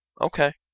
Okay